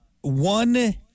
One